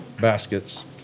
baskets